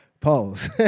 Pause